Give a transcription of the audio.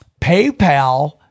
PayPal